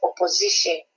opposition